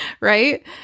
Right